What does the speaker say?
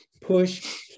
Push